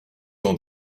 ans